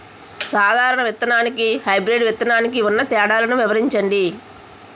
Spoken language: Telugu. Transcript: సాధారణ విత్తననికి, హైబ్రిడ్ విత్తనానికి ఉన్న తేడాలను వివరించండి?